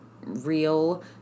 real